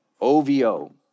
OVO